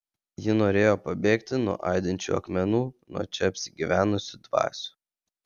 ji norėjo pabėgti nuo aidinčių akmenų nuo čia apsigyvenusių dvasių